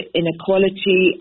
inequality